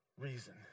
reason